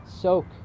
Soak